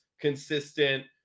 consistent